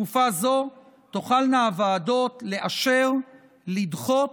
בתקופה זו תוכלנה הוועדות לאשר, לדחות